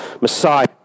Messiah